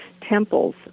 temples